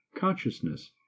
consciousness